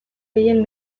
gehien